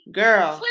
girl